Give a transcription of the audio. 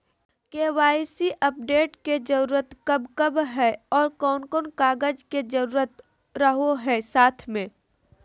KYC update के जरूरत कब कब है और कौन कौन कागज के जरूरत रहो है साथ में?